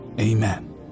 Amen